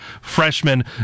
freshman